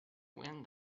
wind